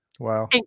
Wow